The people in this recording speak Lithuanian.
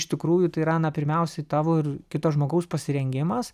iš tikrųjų tai yra na pirmiausia tavo ir kito žmogaus pasirengimas